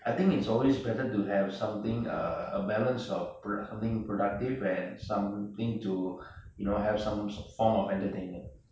I think it's always better to have something a balance of pro~ of something productive and something to you know have some form of entertainment